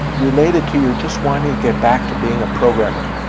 related to your just wanting to get back to being a programmer?